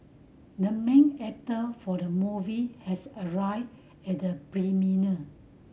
the main actor for the movie has arrived at the premiere